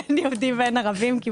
חשוב